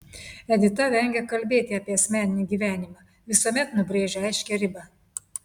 edita vengia kalbėti apie asmeninį gyvenimą visuomet nubrėžia aiškią ribą